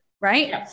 right